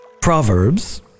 Proverbs